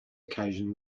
occasion